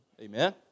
Amen